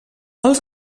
els